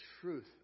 truth